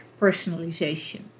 personalization